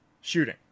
shooting